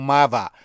Mava